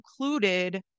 included